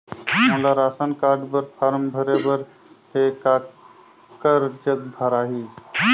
मोला ration card बर form भरे बर हे काकर जग भराही?